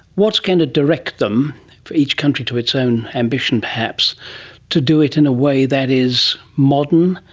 what's going to direct them for each country to its own ambition perhaps to do it in a way that is modern,